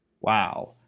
Wow